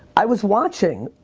i was watching.